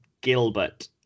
Gilbert